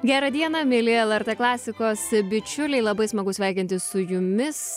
gerą dieną mieli lrt klasikos bičiuliai labai smagu sveikinti su jumis